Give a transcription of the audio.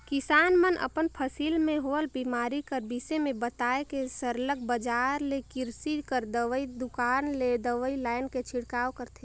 किसान मन अपन फसिल में होवल बेमारी कर बिसे में बताए के सरलग बजार ले किरसी कर दवई दोकान ले दवई लाएन के छिड़काव करथे